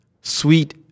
sweet